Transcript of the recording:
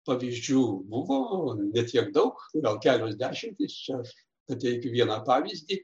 pavyzdžių buvo ne tiek daug gal kelios dešimtys čia aš pateikiu vieną pavyzdį